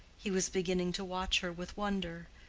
he was beginning to watch her with wonder,